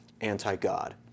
anti-God